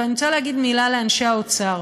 ואני רוצה להגיד מילה לאנשי האוצר.